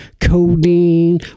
codeine